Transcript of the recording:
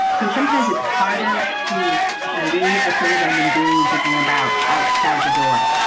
so sometimes it's harder to leave the things i've been doing and thinking about outside the door.